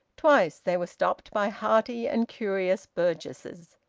twice they were stopped by hearty and curious burgesses,